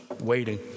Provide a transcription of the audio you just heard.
waiting